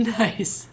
nice